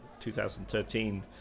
2013